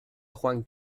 juan